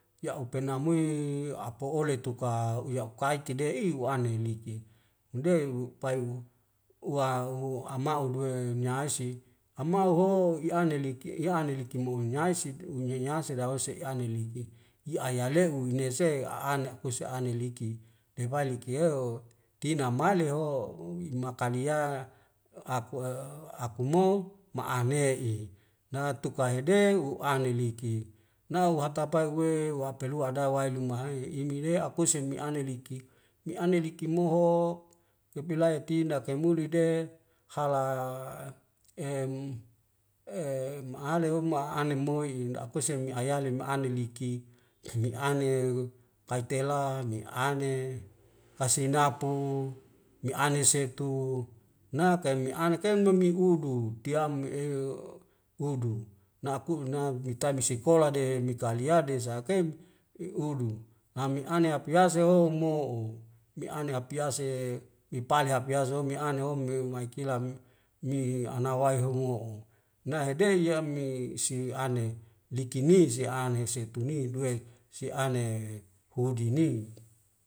Ya'upena mui apo'ole tuka uya ukait tide'i wa'ane naeliki nde upai uwa hu amau uduwe niaisi amu ho ye ane liki ya ane liki mohnyaesit unyanyaset lau ese aneliki yi aya lehu unese a'anek kuse ane liki debail liki eo tena maile ho makalia ako wo aku mo ma'ane i na tukahe de u'ane liki nau hatapae uwe wa pelu ada wae luma hi ime re akuse me ane liki me ane liki moho yepelae ti ndakemule de hala em e ma'ale hum ma'ane moi'i nda'akuse me ayale ma'ane liki meane kaitelo meane fasinapu meane setu na kai mi anekeun mami udu tiam u'eu udu na kuk nak mitai misikola de mikaliade sahekem i udu lami ane hapiase ho moho meane hapiase mi pale hapiase o miane o mi maikilam mi anawae ho mo'o nda hedeya mi siane liki ni siane setu ni duwe siane hodi ni